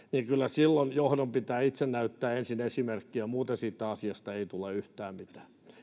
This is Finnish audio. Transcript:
niin kyllä silloin johdon pitää itse näyttää ensin esimerkkiä muuten siitä asiasta ei tule yhtään mitään